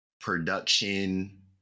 production